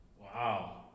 Wow